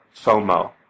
FOMO